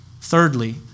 Thirdly